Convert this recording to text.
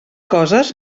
coses